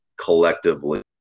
collectively